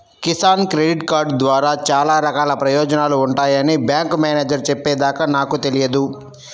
Kisan credit card ద్వారా చాలా రకాల ప్రయోజనాలు ఉంటాయని బ్యాంకు మేనేజేరు చెప్పే దాకా నాకు తెలియదు